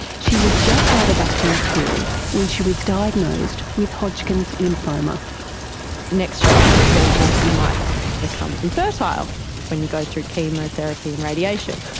she was just out of acting school when she was diagnosed with hodgkin's lymphoma. the next shock i received was you might become infertile when you go through chemotherapy and radiation.